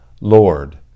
Lord